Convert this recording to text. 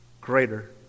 greater